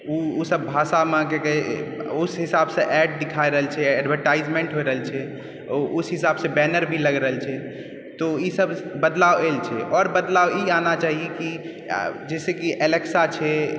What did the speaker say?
ओ सब भाषा मे उस हिसाब सऽ एड दिखा रहल छै एडवर्टाइजमेन्ट होइ रहल छै उस हिसाब सऽ बैनर भी लग रहल छै तऽ ईसब बदलाव आयल छै आओर बदलाव ई आना चाहि कि जाहिसॅं कि एलेक्सा छै